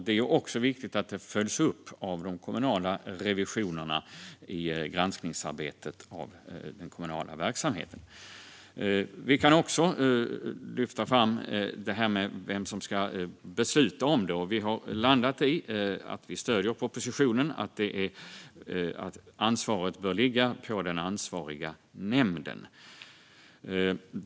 Det är också viktigt att det följs upp av de kommunala revisionerna i arbetet med granskningen av den kommunala verksamheten. Vi kan också lyfta fram detta med vem som ska besluta om det. Vi har landat i att vi stöder propositionen: att ansvaret bör ligga på den ansvariga nämnden.